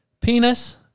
penis